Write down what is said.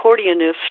accordionist